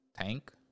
Tank